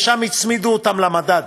ושם הצמידו אותן למדד.